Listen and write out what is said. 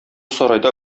сарайда